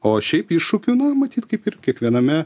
o šiaip iššūkių na matyt kaip ir kiekviename